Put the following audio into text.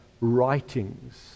writings